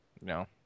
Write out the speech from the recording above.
No